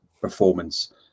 performance